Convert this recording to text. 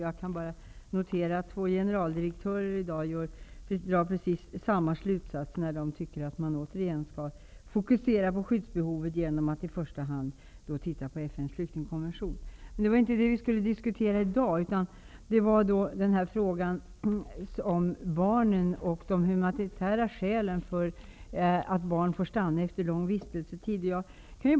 Jag kan bara notera att två generaldirektörer i dag drar precis samma slutsats, när de tycker att man återigen skall fokusera skyddsbehovet genom att i första hand tillämpa FN:s flyktingkonvention. Det var emellertid inte detta vi skulle diskutera i dag. Frågan gäller i stället barnen och de humanitära skälen för att barn får stanna i Sverige efter lång vistelsetid.